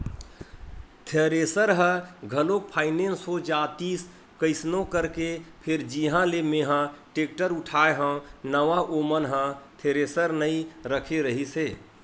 thresher ह घलोक finance हो जातिस कइसनो करके फेर जिहाँ ले मेंहा टेक्टर उठाय हव नवा ओ मन ह थेरेसर नइ रखे रिहिस हे